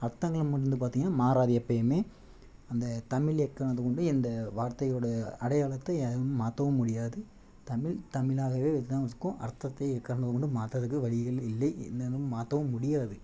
அர்த்தங்கள் நம்ம வந்து பார்த்தீங்கன்னா மாறாது எப்பையுமே அந்த தமிழ் எக்காரணத்தைக் கொண்டும் எந்த வார்த்தையோடய அடையாளத்தை ஏதும் மாற்றவும் முடியாது தமிழ் தமிழாகவே தான் இருக்கும் அர்த்தத்தைக் எக்காரணம் கொண்டும் மாத்துறதுக்கு வழிகள் இல்லை என்னனும் மாற்றவும் முடியாது